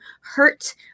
hurt